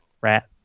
rat